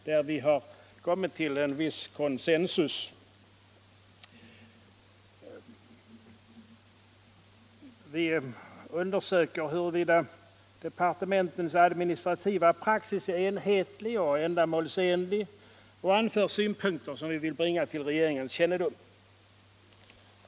Där har vi i utskottet kommit till en viss consensus. Vi undersöker huruvida departementens administrativa praxis är enhetlig och ändamålsenlig och anför synpunkter som vi vill bringa till regeringens kännedom.